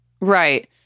Right